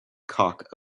cock